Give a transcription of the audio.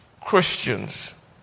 Christians